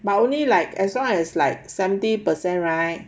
but only like as long as like seventy per cent right